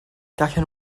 gallwn